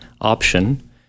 option